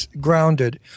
grounded